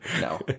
No